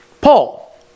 Paul